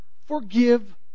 forgive